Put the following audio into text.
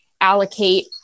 Allocate